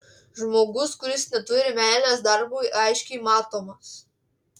žmogus kuris neturi meilės darbui aiškiai matomas